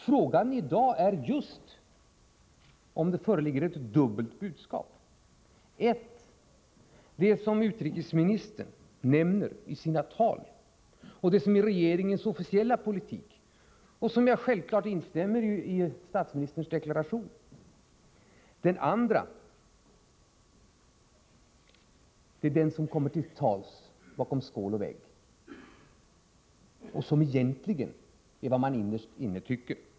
Frågan i dag är just om det föreligger ett dubbelt budskap: det ena, det som utrikesministern nämner i sina tal och som är regeringens officiella politik — och jag instämmer självfallet i statsministerns deklaration —, och det andra som kommer fram mellan skål och vägg och som egentligen är vad man innerst inne tycker.